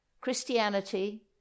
Christianity